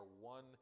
one